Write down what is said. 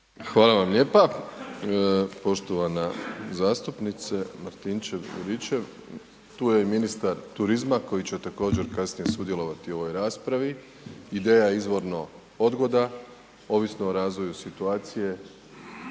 Hvala vam lijepa. Poštovana zastupnice Martinčev-Juričev, tu je i ministar turizma koji će također kasnije sudjelovati u ovoj raspravi. Ideja je izvorno odgoda ovisno o razvoju situacije